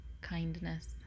kindness